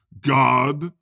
God